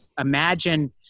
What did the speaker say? imagine